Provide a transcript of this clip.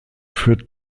führt